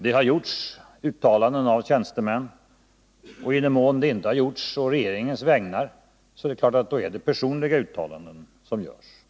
Det har gjorts uttalanden av tjänstemän, och i den mån de inte har gjorts å regeringens vägnar är det klart att det är personliga uttalanden som gjorts.